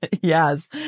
Yes